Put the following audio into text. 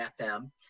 FM